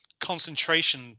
concentration